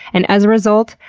and as a result,